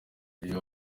iyo